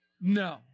no